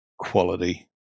quality